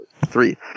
Three